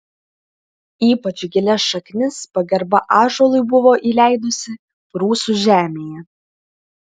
ypač gilias šaknis pagarba ąžuolui buvo įleidusi prūsų žemėje